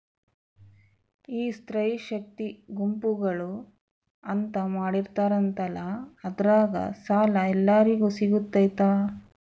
ಈ ಸ್ತ್ರೇ ಶಕ್ತಿ ಗುಂಪುಗಳು ಅಂತ ಮಾಡಿರ್ತಾರಂತಲ ಅದ್ರಾಗ ಸಾಲ ಎಲ್ಲರಿಗೂ ಸಿಗತೈತಾ?